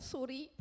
Sorry